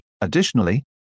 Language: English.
Additionally